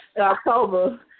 October